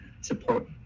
support